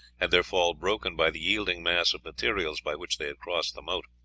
had their fall broken by the yielding mass of materials by which they had crossed the moat.